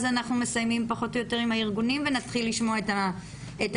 אז אנחנו מסיימים עם הארגונים ונתחיל לשמוע את המשרדים.